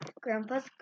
grandpa's